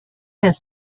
his